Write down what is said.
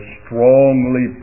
strongly